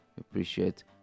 Appreciate